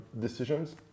decisions